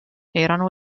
erano